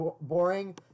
boring